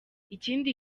ikindi